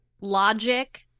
logic